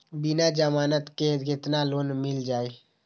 बिना जमानत के केतना लोन मिल जाइ?